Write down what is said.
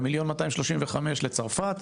ו-1,235,000 לצרפת,